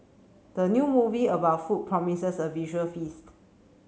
the new movie about food promises a visual feast